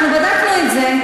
אנחנו בדקנו את זה.